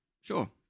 Sure